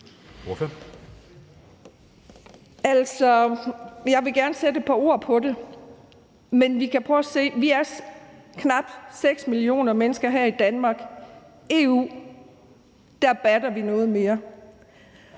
Jeg vil gerne sætte et par ord på det. Men vi kan prøve at se. Vi er knap 6 millioner mennesker her i Danmark. I EU batter vi noget mere.